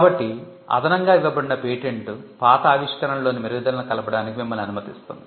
కాబట్టి 'అదనంగా ఇవ్వబడిన పేటెంట్' పాత ఆవిష్కరణలలోని మెరుగుదలలను కలపడానికి మిమ్మల్ని అనుమతిస్తుంది